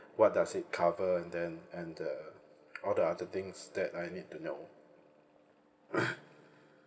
what does it cover and then and uh all the other things that I need to know